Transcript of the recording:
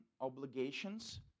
obligations